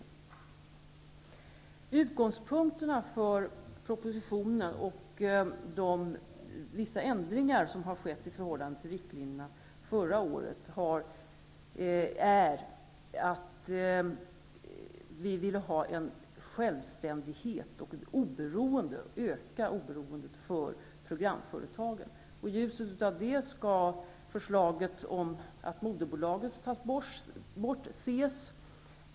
Den andra utgångspunkten för propositionen, och vissa ändringar som har skett i förhållande till riktlinjerna, är att vi vill ha en självständighet för programföretagen och öka oberoendet. Det är i ljuset av detta som förslaget att ta bort moderföretaget skall ses.